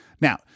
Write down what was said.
Now